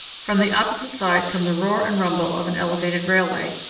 from the opposite side come the roar and rumble of an elevated railway.